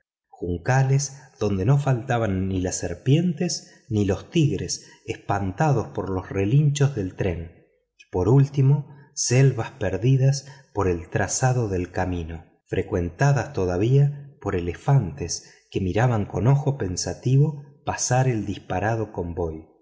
juncales donde no faltaban ni las serpientes ni los tigres espantados por los resoplidos del tren y por último selvas perdidas por el trazado del camino frecuentadas todavía por elefantes que miraban con ojo pensativo pasar el disparado convoy